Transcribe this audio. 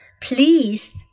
Please